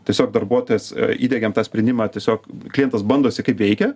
tiesiog darbuotojas įdiegėm tą sprendimą tiesiog klientas bandosi kaip veikia